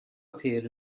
appeared